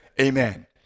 Amen